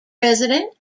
president